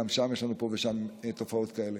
גם שם יש לנו פה ושם תופעות כאלה.